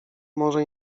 może